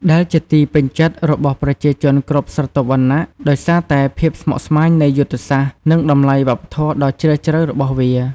ដែលជាទីពេញចិត្តរបស់ប្រជាជនគ្រប់ស្រទាប់វណ្ណៈ ដោយសារតែភាពស្មុគស្មាញនៃយុទ្ធសាស្ត្រ និងតម្លៃវប្បធម៌ដ៏ជ្រាលជ្រៅរបស់វា។